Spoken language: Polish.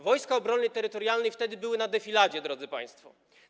Wojska Obrony Terytorialnej wtedy były na defiladzie, drodzy państwo.